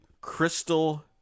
Crystal